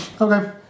Okay